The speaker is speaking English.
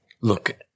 look